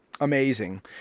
amazing